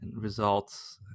results